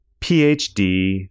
PhD